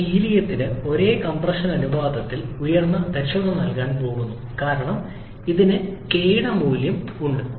പിന്നെ ഹീലിയത്തിന് ഒരേ കംപ്രഷൻ അനുപാതത്തിന് ഉയർന്ന ദക്ഷത നൽകാൻ പോകുന്നു കാരണം ഇതിന് k ന്റെ കുറഞ്ഞ മൂല്യം ഉണ്ട്